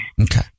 Okay